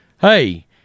hey